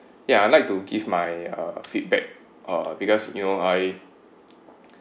ya I like to give my uh feedback uh because you know I